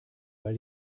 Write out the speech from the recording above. weil